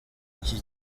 icyo